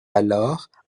alors